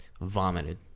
vomited